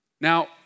Now